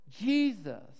jesus